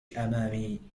أمامي